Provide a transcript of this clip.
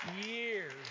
years